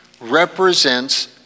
represents